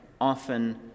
often